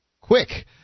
quick